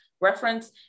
reference